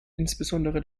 insbesondere